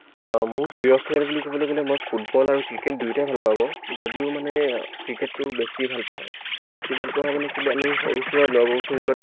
মোৰ প্ৰিয় খেল বুলি ক'বলৈ গ'লে মই ফুটবল আৰু ক্ৰিকেট দুয়োটাই ভাল পাওঁ বাৰু যদিও মানে ক্ৰিকেটটো বেছি ভাল পোৱা হয় বেছি ভাল পোৱা হয় মানে কেলৈ আমি সৰুৰ পৰা লগৰখিনিৰ লগত